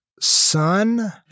son